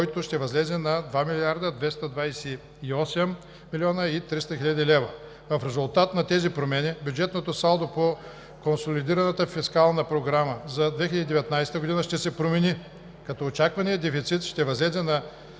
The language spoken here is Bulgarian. който ще възлезе на 2 млрд. 228 млн. 300 хил. лв. В резултат на тези промени бюджетното салдо по консолидираната фискална програма за 2019 г. ще се промени, като очакваният дефицит ще възлезе на